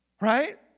Right